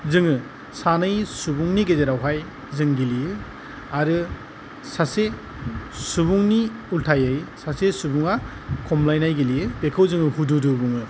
जोङो सानै सुबुंनि गेजेरावहाय जों गेलेयो आरो सासे सुबुंनि उलथायै सासे सुबुङा खमलायनाय गेलेयो बेखौ जोङो हुदुदु बुङो